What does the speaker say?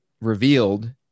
revealed